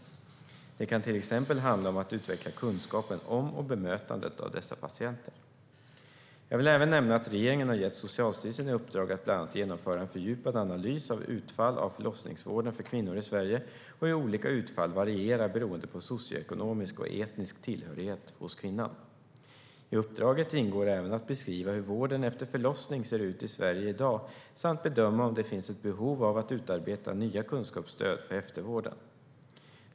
Det kan till exempel handla om att utveckla kunskapen om och bemötandet av dessa patienter. Jag vill även nämna att regeringen har gett Socialstyrelsen i uppdrag att bland annat genomföra en fördjupad analys av utfall av förlossningsvården för kvinnor i Sverige och hur olika utfall varierar beroende på socioekonomisk och etnisk tillhörighet hos kvinnan. I uppdraget ingår även att beskriva hur vården efter förlossning ser ut i Sverige i dag samt bedöma om det finns ett behov av att utarbeta nya kunskapsstöd för eftervården.